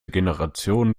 generation